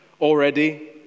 already